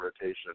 rotation